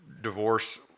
divorce